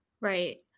Right